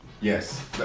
yes